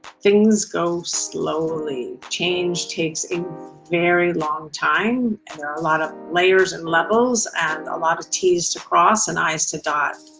things go slowly. change takes a very long time. and there are a lot of layers and levels and a lot of t's to cross and i's to dot.